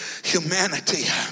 humanity